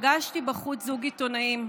פגשתי בחוץ זוג עיתונאים,